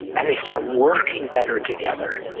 and they start working better together.